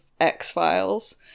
X-Files